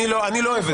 אני לא אוהב את זה.